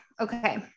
Okay